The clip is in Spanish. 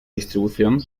distribución